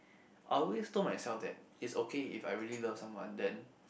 I always told myself that it's okay if I really love someone then